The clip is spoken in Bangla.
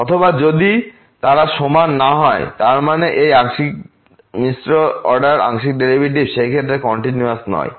অথবা যদি তারা সমান না হয় তার মানে এই আংশিক মিশ্র অর্ডার আংশিক ডেরিভেটিভস সেই ক্ষেত্রে কন্টিনিউয়াস নয়